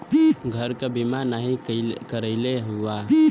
घर क बीमा नाही करइले हउवा